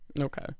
Okay